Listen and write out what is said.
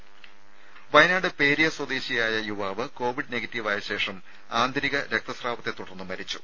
രുദ വയനാട് പേര്യ സ്വദേശിയായ യുവാവ് കോവിഡ് നെഗറ്റീവായ ശേഷം ആന്തരിക രക്തസ്രാവത്തെത്തുടർന്ന് മരിച്ചു